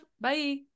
Bye